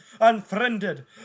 unfriended